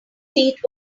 seat